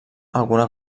alguna